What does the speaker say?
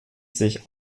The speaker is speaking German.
sich